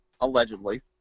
allegedly